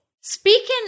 Speaking